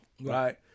right